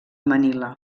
manila